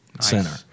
center